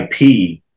IP